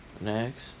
Next